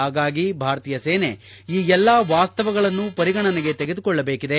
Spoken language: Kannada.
ಹಾಗಾಗಿ ಭಾರತೀಯ ಸೇನೆ ಈ ಎಲ್ಲಾ ವಾಸ್ತವಗಳನ್ನು ಪರಿಗಣನೆಗೆ ತೆಗೆದುಕೊಳ್ಳಬೇಕಿದೆ